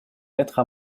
lettre